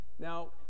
Now